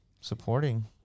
supporting